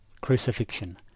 crucifixion